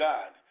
God